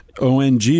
ONG